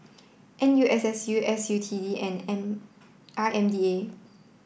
N U S S U S U T E and N I M D A